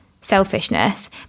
selfishness